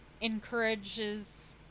encourages